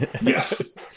yes